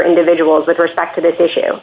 individuals with respect to this issue